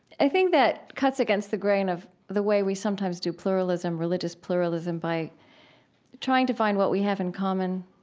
i think that cuts against the grain of the way we sometimes do pluralism, religious pluralism, by trying to find what we have in common.